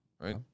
right